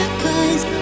cause